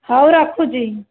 ହଉ ରଖୁଛି